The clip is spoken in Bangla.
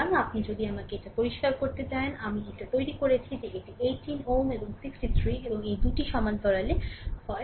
সুতরাং আপনি যদি আমাকে এটি পরিষ্কার করতে দিন যে আমরা এটিই তৈরি করেছি যে এটি 18 Ω এবং 63 এবং এই দুটি সমান্তরালে যদি এই সমান্তরাল হয়